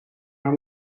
haar